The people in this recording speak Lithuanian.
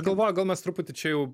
galvoju gal mes truputį čia jau